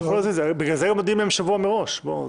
ולכן מודיעים שבוע מראש.